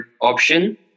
option